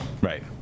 Right